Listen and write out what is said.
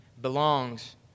belongs